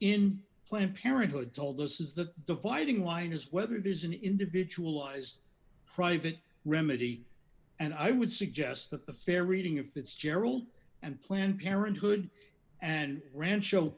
in planned parenthood told this is the dividing line is whether it is an individualized private remedy and i would suggest that the fair reading of fitzgerald and planned parenthood and rancho